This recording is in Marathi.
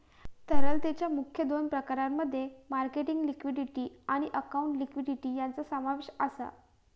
तरलतेच्या दोन मुख्य प्रकारांमध्ये मार्केट लिक्विडिटी आणि अकाउंटिंग लिक्विडिटी यांचो समावेश आसा